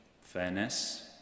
fairness